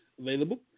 available